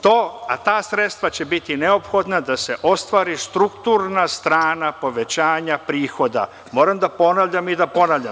Ta sredstva će biti neophodna da se ostvari strukturna strana povećanja prihoda, moram da ponavljam i da ponavljam.